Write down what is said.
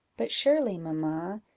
but surely, mamma,